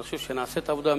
אני חושב שנעשית עבודה.